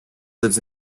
lives